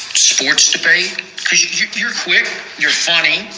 sports debate here quick you're funny.